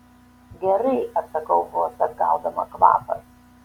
gerai atsakau vos atgaudama kvapą